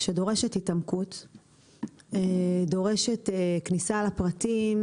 שדורשת התעמקות, דורשת כניסה לפרטים,